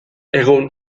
egun